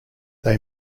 they